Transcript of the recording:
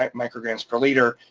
um micrograms per litre.